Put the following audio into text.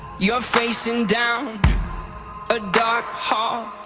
you're facing down a dark hall,